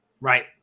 Right